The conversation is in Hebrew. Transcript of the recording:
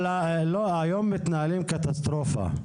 היום מתנהלים כאן קטסטרופה.